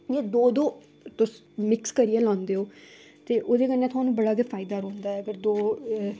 इ'यां दो दो तुस मिक्स करियै लांदे ओ ते ओह्दे कन्नै थुहानूं बड़ा गै फायदा रौंह्दा ऐ अगर दो